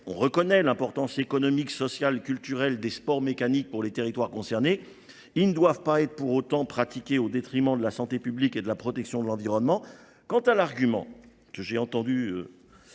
on reconnaît l'importance économique, sociale, culturelle des sports mécaniques pour les territoires concernés. Ils ne doivent pas être pour autant pratiqués au détriment de la santé publique et de la protection de l'environnement. Quant à l'argument que j'ai entendu...